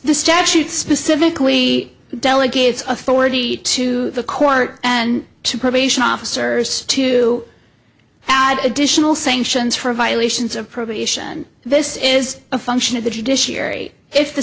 the statute specifically delegates authority to the court and to probation officers to add additional sanctions for violations of probation this is a function of the judiciary if the